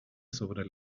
sobre